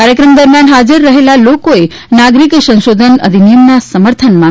કાર્યક્રમ દરમિયાન હાજર રહેલા લોકોએ નાગરિક સંશોધન અધિનિયમના સમર્થનમાં સહીઓ કરી હતી